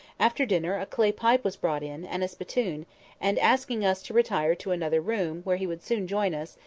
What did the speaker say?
after dinner, a clay pipe was brought in, and a spittoon and, asking us to retire to another room, where he would soon join us,